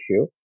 issue